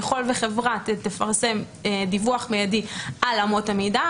ככל וחברה תפרסם דיווח מידי על אמות המידה,